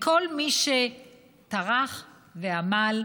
לכל מי שטרח ועמל,